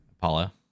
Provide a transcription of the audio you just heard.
paula